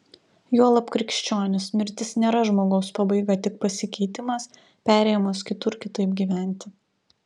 juolab krikščionys mirtis nėra žmogaus pabaiga tik pasikeitimas perėjimas kitur kitaip gyventi